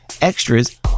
extras